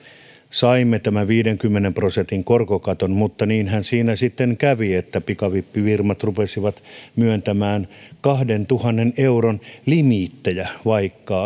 saimme tämän viidenkymmenen prosentin korkokaton mutta niinhän siinä sitten kävi että pikavippifirmat rupesivat myöntämään kahdentuhannen euron limiittejä vaikka